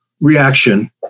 reaction